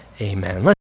Amen